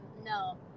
No